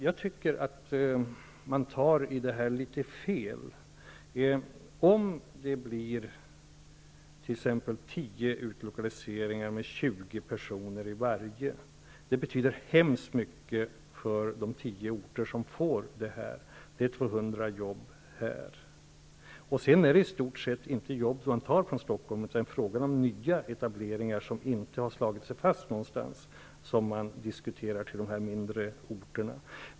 Jag tycker att man tar tag i detta på fel sätt. Om det blir t.ex. 10 utlokaliseringar med vardera 20 personer betyder det mycket för de 10 orter som får dessa jobb, dvs. 200 jobb. Det är inte jobb som tas från Stockholm, utan det är nyetableringar som inte slagit sig fast någon annanstans som diskuteras för de mindre orterna.